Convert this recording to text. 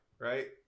right